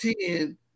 ten